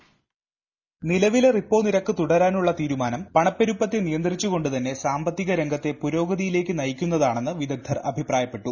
voice നിലവിലെ repo നിരക്ക് തുടരാനുള്ള തീരുമാനം പണപ്പെരുപ്പത്തെ നിയന്ത്രിച്ചുകൊണ്ട് തന്നെ സാമ്പത്തികരംഗ്ലത്തെ പുരോഗതിയിലേക്ക് നയിക്കുന്നതാണെന്നു വിദഗ്ദർ അഭിപ്രായിപ്പെട്ടു